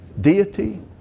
deity